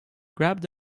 grabbed